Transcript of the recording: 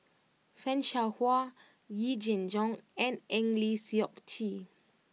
Fan Shao Hua Yee Jenn Jong and Eng Lee Seok Chee